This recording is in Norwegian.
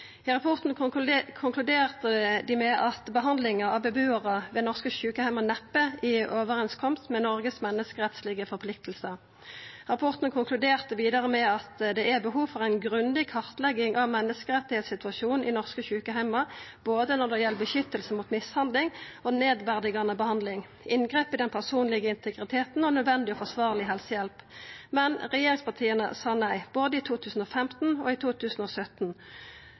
Rapporten konkluderte med at behandlinga av bebuarar i norske sjukeheimar neppe er i samsvar med Noreg sine menneskerettslege plikter. Rapporten konkluderte vidare med at det er behov for ei grundig kartlegging av menneskerettssituasjonen ved norske sjukeheimar når det gjeld både vern mot mishandling og nedverdigande behandling og inngrep i den personlege integriteten og nødvendig og forsvarleg helsehjelp. Men regjeringspartia sa nei – både i 2015 og i 2017.